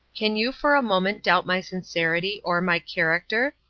can you for a moment doubt my sincerity or my character?